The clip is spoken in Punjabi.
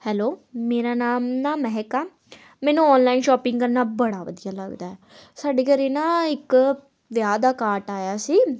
ਹੈਲੋ ਮੇਰਾ ਨਾਮ ਨਾ ਮਹਿਕ ਆ ਮੈਨੂੰ ਔਨਲਾਈਨ ਸ਼ੋਪਿੰਗ ਕਰਨਾ ਬੜਾ ਵਧੀਆ ਲੱਗਦਾ ਸਾਡੇ ਘਰ ਨਾ ਇੱਕ ਵਿਆਹ ਦਾ ਕਾਟ ਆਇਆ ਸੀ